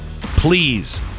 please